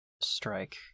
strike